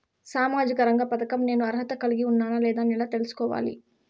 సామాజిక రంగ పథకం నేను అర్హత కలిగి ఉన్నానా లేదా అని ఎలా తెల్సుకోవాలి?